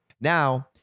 Now